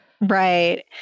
Right